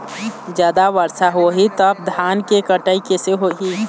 जादा वर्षा होही तब धान के कटाई कैसे होही?